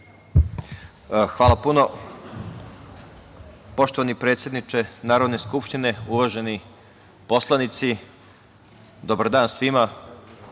Hvala puno. Poštovani predsedniče Narodne skupštine, uvaženi poslanici, dobar dan svima.